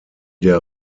der